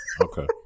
Okay